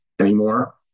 anymore